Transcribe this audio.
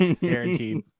Guaranteed